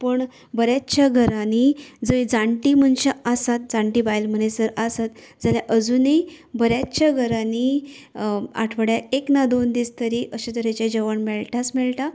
पूण बऱ्याचश्या घरांनी जंय जाणटी मनशां आसात जाणटी बायल मनीस जर आसता जाल्यार अजूनय बऱ्यांचश्या घरांनी आठवड्या एक ना दोन दीस तरी अशें तरेचे जेवण मेळटाच मेळटा